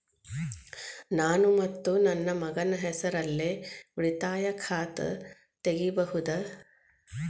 ನಾನು ಮತ್ತು ನನ್ನ ಮಗನ ಹೆಸರಲ್ಲೇ ಉಳಿತಾಯ ಖಾತ ತೆಗಿಬಹುದ?